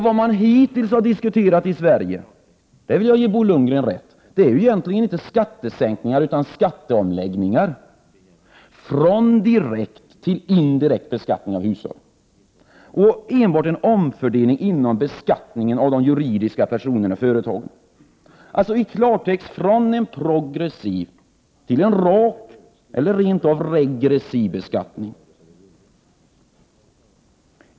Vad man hittills har diskuterat i Sverige är egentligen — det ger jag Bo Lundgren rätt i — inte skattesänkningar utan skatteomläggningar: från direkt till indirekt beskattning av hushåll, och enbart en omfördelning inom beskattningen av juridiska personer och företag. I klartext har man diskuterat att gå från progressiv till rak eller rent av regressiv beskattning.